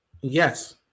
yes